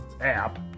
app